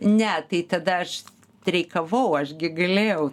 ne tai tada aš streikavau aš gi galėjau